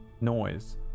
noise